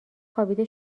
خوابیده